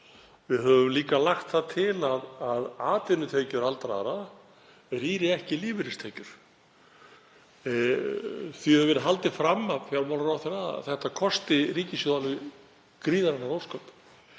Við höfum líka lagt það til að atvinnutekjur aldraðra rýri ekki lífeyristekjur. Því hefur verið haldið fram af fjármálaráðherra að þetta kosti ríkissjóð gríðarleg ósköp.